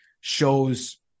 shows